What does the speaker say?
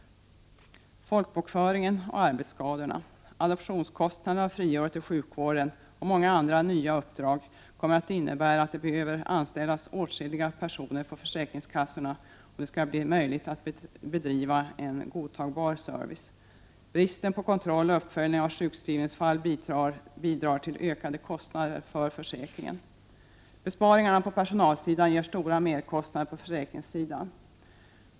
Folkbokföringen och arbetsskadorna, adoptionskostnaderna och friåret i sjukvården och många andra nya uppdrag kommer att innebära att det behöver anställas åtskilliga personer på försäkringskassorna, om det skall bli möjligt att bedriva en godtagbar service. Bristen på kontroll och uppföljning av sjukskrivningsfall bidrar till ökade kostnader för försäkringen. Besparingarna på personalsidan ger stora merkostnader på försäkringssidan.